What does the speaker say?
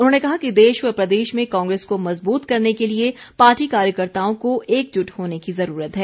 उन्होंने कहा कि देश व प्रदेश में कांग्रेस को मज़बूत करने के लिए पार्टी कार्यकर्ताओं को एकजुट होने की ज़रूरत है